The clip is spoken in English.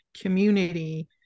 community